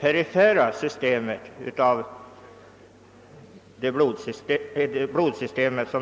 perifera blodkärlssystemet.